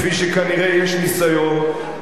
כפי שכנראה יש ניסיון.